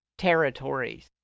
territories